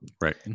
Right